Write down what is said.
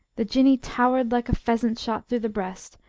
the jinnee towered like a pheasant shot through the breast,